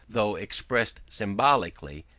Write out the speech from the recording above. though expressed symbolically,